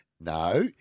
No